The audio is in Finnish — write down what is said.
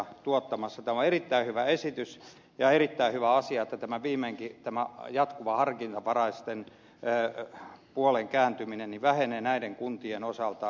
tämä on erittäin hyvä esitys ja erittäin hyvä asia että viimeinkin tämä jatkuva harkinnanvaraisten puoleen kääntyminen vähenee näiden kuntien osalta